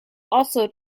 also